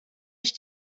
ich